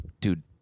dude